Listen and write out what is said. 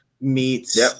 meets